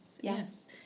Yes